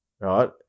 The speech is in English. right